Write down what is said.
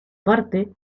parte